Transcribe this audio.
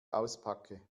auspacke